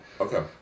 Okay